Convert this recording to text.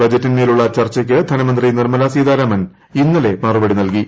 ബജറ്റിൻമേലുള്ള ചർച്ചയ്ക്ക് ധനമന്ത്രി നിർമ്മല സീതാരാമൻ ഇന്നലെ മറുപടി നൽകി